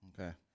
Okay